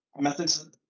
Methods